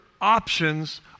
options